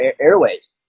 airways